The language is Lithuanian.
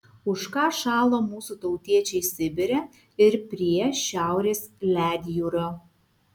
už ką šalo mūsų tautiečiai sibire ir prie šiaurės ledjūrio